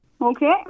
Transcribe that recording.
Okay